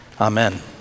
Amen